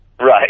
Right